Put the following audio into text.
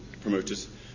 promoters